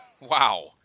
Wow